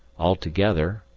altogether,